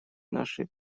наши